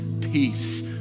peace